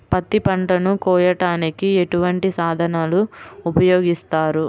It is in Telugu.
పత్తి పంటను కోయటానికి ఎటువంటి సాధనలు ఉపయోగిస్తారు?